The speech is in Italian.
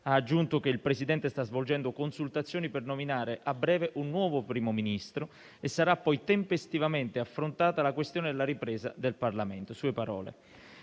ha aggiunto che il Presidente sta svolgendo consultazioni per nominare a breve un nuovo Primo ministro e che sarà poi tempestivamente affrontata la questione della ripresa del Parlamento